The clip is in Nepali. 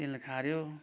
तेल खाऱ्यो